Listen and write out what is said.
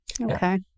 Okay